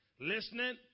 listening